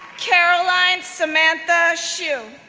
caroline samantha hsu,